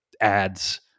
ads